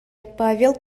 павел